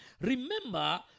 Remember